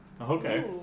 Okay